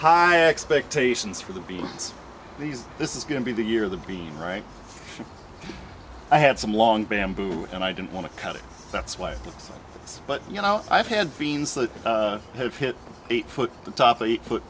high expectations for the beads these this is going to be the year of the bean right i had some long bamboo and i didn't want to cut it that's why but you know i've had beans that have hit eight foot the top of the foot